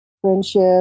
friendship